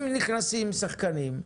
אם נכנסים שחקנים,